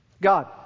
God